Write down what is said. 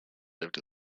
lived